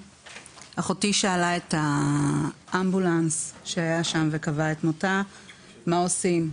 אחותי שאלה את נציג האמבולנס שהיה שם וקבע את מותה מה עושים.